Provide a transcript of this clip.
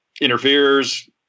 interferes